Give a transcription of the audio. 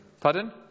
Pardon